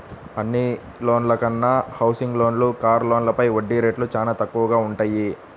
అన్ని లోన్ల కన్నా హౌసింగ్ లోన్లు, కారు లోన్లపైన వడ్డీ రేట్లు చానా తక్కువగా వుంటయ్యి